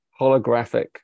holographic